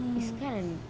mm